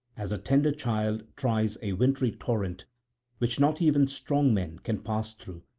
as a tender child tries a wintry torrent which not even strong men can pass through,